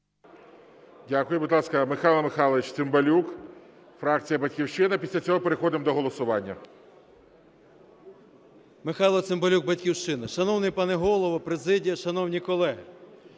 Дякую. Будь ласка, Михайло Михайлович Цимбалюк, фракція "Батьківщина". Після цього переходимо до голосування. 17:59:06 ЦИМБАЛЮК М.М. Михайло Цимбалюк, "Батьківщина". Шановний пане Голово, президія, шановні колеги!